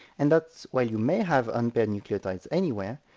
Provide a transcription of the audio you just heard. and that while you may have unpaired nucleotides anywhere,